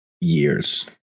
years